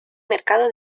mercado